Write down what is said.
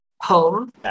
home